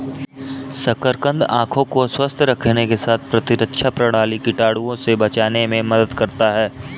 शकरकंद आंखों को स्वस्थ रखने के साथ प्रतिरक्षा प्रणाली, कीटाणुओं से बचाने में मदद करता है